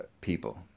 people